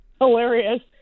hilarious